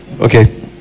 Okay